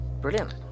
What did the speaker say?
Brilliant